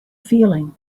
feeling